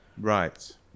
right